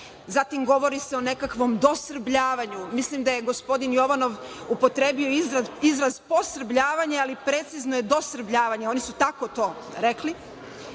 govori se o nekakvom dosrbljavanju. Mislim da je gospodin Jovanov upotrebio izraz – posrbljavanje, ali precizno je dosrbljavanje, oni su tako to rekli.